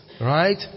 Right